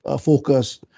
focus